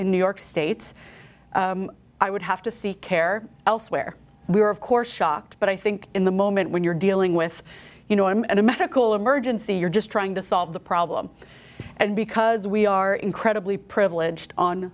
in new york states i would have to seek care elsewhere we were of course shocked but i think in the moment when you're dealing with you know i'm a medical emergency you're just trying to solve the problem and because we are incredibly privileged on